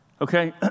Okay